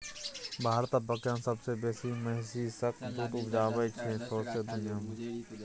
भारत आ पाकिस्तान सबसँ बेसी महिषक दुध उपजाबै छै सौंसे दुनियाँ मे